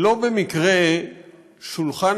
לא במקרה שולחן